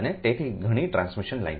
તેથી ઘણી transmission lines